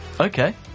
Okay